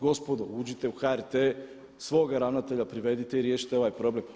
Gospodo uđite u HRT, svoga ravnatelja privedite i riješite ovaj problem.